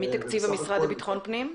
מתקציב המשרד לביטחון הפנים?